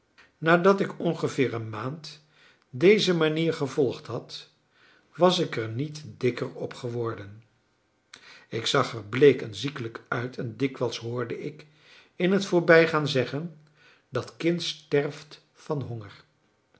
nadat ik ongeveer een maand deze manier gevolgd had was ik er niet dikker op geworden ik zag er bleek en ziekelijk uit en dikwijls hoorde ik in het voorbijgaan zeggen dat kind sterft van honger